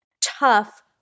tough